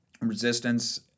Resistance